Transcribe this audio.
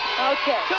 Okay